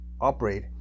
operate